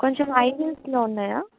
కొంచెం హై హీల్స్లో ఉన్నాయా